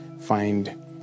find